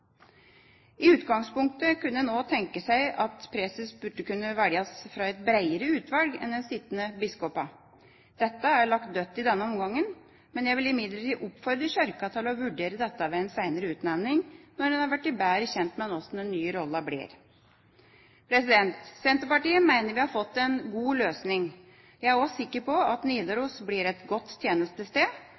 I utgangspunktet kunne en også tenke seg at preses burde kunne velges fra et bredere utvalg enn de sittende biskopene. Dette er lagt dødt i denne omgangen, men jeg vil oppfordre Kirka til å vurdere dette ved en senere utnevning, når en har blitt bedre kjent med hvordan den nye rollen blir. Senterpartiet mener vi har fått en god løsning. Jeg er også sikker på at Nidaros blir et godt tjenestested,